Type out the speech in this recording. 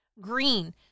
Green